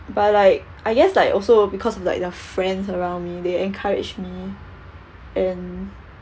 but like I guess like also because of like the friends around me they encouraged me and